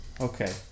Okay